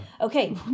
Okay